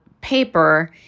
paper